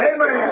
Amen